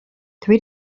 three